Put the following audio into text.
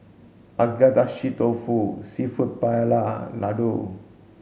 Agedashi Dofu Seafood Paella Ladoo